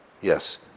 Yes